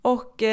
Och